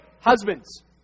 Husbands